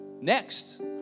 Next